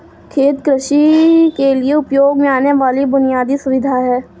खेत कृषि के लिए उपयोग में आने वाली बुनयादी सुविधा है